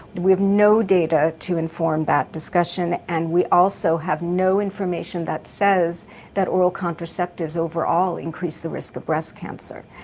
we have no data to inform that discussion and we also have no information that says that oral contraceptives overall increase the risk of breast cancer.